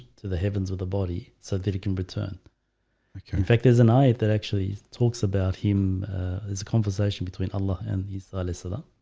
to the heavens with the body so that he can return in fact, there's an ayat that actually talks about him as a conversation between allah and he silas allah